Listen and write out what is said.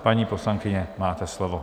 Paní poslankyně, máte slovo.